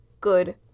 good